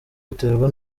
biterwa